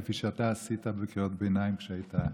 כפי שאתה עשית בקריאות ביניים כשהיית באופוזיציה.